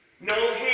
no